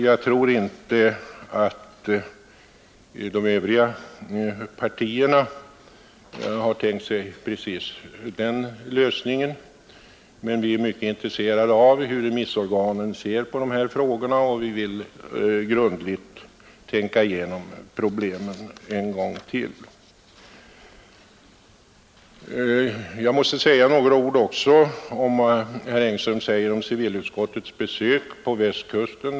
Jag tror inte att de övriga partierna har tänkt sig precis den lösningen, men vi är mycket intresserade av hur remissorganen ser på hela frågan, och då får vi tillfälle att grundligt tänka igenom problemen en gång till. Jag måste också ta upp vad herr Engström säger om civilutskottets besök på Västkusten.